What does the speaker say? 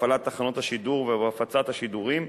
בהפעלת תחנות השידור ובהפצת השידורים,